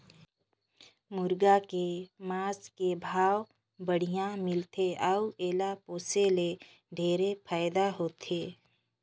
मुरगा के मांस के भाव बड़िहा मिलथे अउ एला पोसे ले ढेरे फायदा होथे